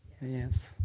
Yes